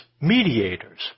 mediators